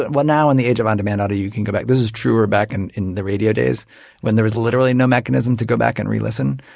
but now, in the age of on-demand audio you can go back. this is truer back and in the radio days when there was literally no mechanism to go back and re-listen.